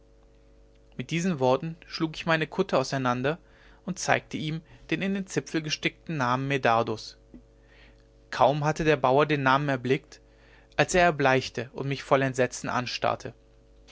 mit diesen worten schlug ich meine kutte auseinander und zeigte ihm den in den zipfel gestickten namen medardus kaum hatte der bauer den namen erblickt als er erbleichte und mich voll entsetzen anstarrte